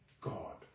God